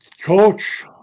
Coach